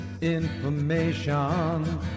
information